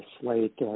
slate